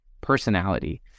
personality